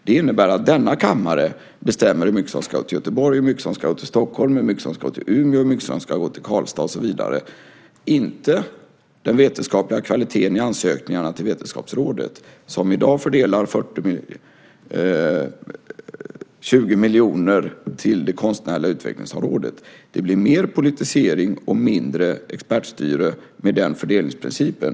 Det innebär att denna kammare bestämmer hur mycket som ska till Göteborg, hur mycket som ska till Stockholm, hur mycket som ska till Umeå och hur mycket som ska till Karlstad och så vidare och inte den vetenskapliga kvaliteten i ansökningarna till Vetenskapsrådet som i dag fördelar 20 miljoner till det konstnärliga utvecklingsområdet. Det blir mer politisering och mindre expertstyre med den fördelningsprincipen.